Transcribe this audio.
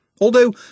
although